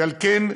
ועל כן,